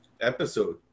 episode